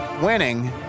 winning